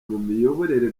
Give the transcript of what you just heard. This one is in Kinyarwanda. n’imiyoborere